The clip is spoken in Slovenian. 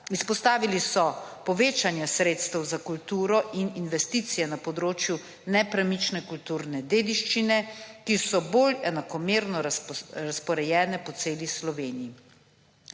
Izpostavili so povečanje sredstev za kulturo in investicije na področju nepremične kulturne dediščine, ki so bolj enakomerno razporejene po celi Sloveniji.